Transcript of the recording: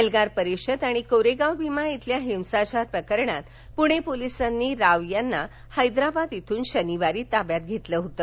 एल्गार परिषद आणि कोरेगाव भीमा इथल्या हिंसाचार प्रकरणी पुणे पोलिसांनी राव याना हैदराबाद इथून शनिवारी ताब्यात घेतलं होतं